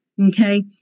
Okay